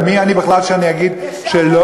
מי אני בכלל שאני אגיד שלא.